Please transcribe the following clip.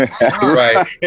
Right